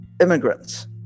immigrants